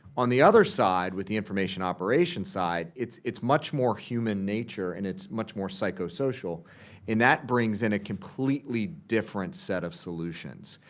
on the other side with the information operations side, it's it's much more human nature and it's much more psychosocial. in and that brings in a completely different set of solutions.